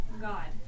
God